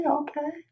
okay